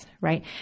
right